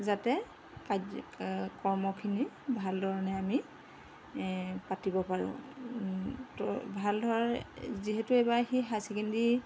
যাতে কায কৰ্মখিনি ভালধৰণে আমি পাতিব পাৰোঁ ত' ভালদৰে যিহেতু এইবাৰ সি হায়াৰ ছেকেণ্ডাৰী